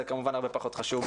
זה כמובן הרבה פחות חשוב.